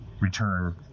return